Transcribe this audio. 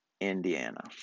Indiana